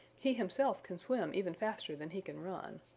he himself can swim even faster than he can run.